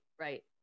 right